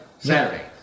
Saturday